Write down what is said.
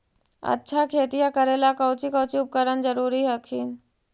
अच्छा खेतिया करे ला कौची कौची उपकरण जरूरी हखिन?